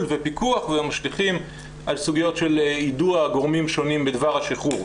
ופיקוח ועל סוגיות של יידוע גורמים שונים בדבר השיחרור,